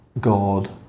God